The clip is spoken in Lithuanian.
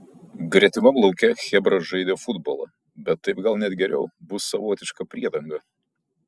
gretimam lauke chebra žaidė futbolą bet taip gal net geriau bus savotiška priedanga